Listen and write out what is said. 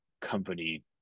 company